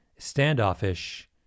standoffish